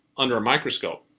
under a microscope.